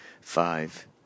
Five